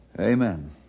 Amen